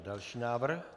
Další návrh.